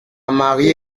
mariée